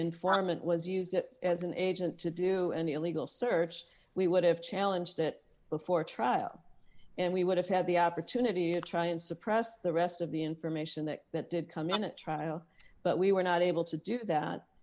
informant was used as an agent to do any illegal search we would have challenged it before trial and we would have had the opportunity to try and suppress the rest of the information that that did come in a trial but we were not able to do that